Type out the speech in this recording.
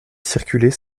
circuler